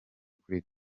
kuri